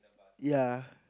ya